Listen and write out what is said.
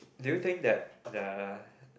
do you think that the